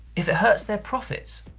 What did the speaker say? if it hurts their profits.